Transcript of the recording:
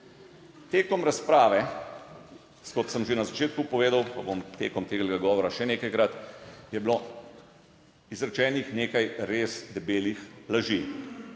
Tekom razprave, kot sem že na začetku povedal, pa bom tekom tega dogovora še nekajkrat, je bilo izrečenih nekaj res debelih laži.